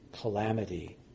calamity